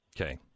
Okay